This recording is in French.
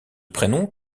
prénom